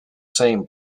same